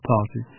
Party